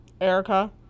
Erica